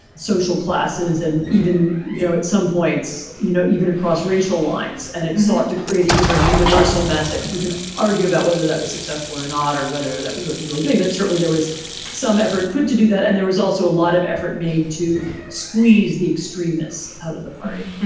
social classes and even, you know, at some points, you know, even across racial lines. and it sought to create a user of universal message. you can argue about whether that was success or not or whether that was what it is really doing. but certainly there was some effort put to do that. and there was also a lot of effort made to squeeze the extremists out of the party.